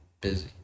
busy